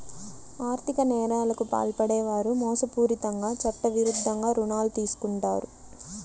ఆర్ధిక నేరాలకు పాల్పడే వారు మోసపూరితంగా చట్టవిరుద్ధంగా రుణాలు తీసుకుంటారు